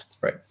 right